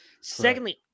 Secondly